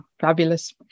Fabulous